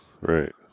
right